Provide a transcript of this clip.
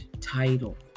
title